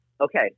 okay